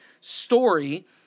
story